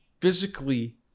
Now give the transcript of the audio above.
physically